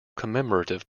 commemorative